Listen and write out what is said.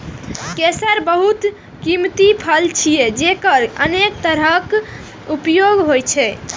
केसर बहुत कीमती फसल छियै, जेकर अनेक तरहक उपयोग होइ छै